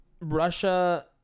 russia